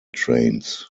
trains